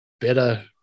better